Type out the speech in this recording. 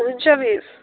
हुन्छ मिस